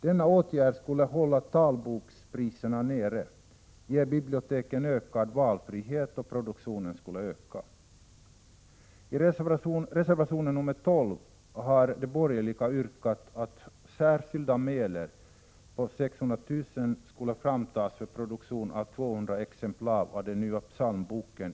Denna åtgärd skulle hålla talbokspriserna nere, ge biblioteken ökad valfrihet och öka produktionen.